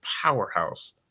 powerhouse